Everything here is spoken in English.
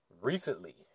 recently